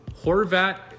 horvat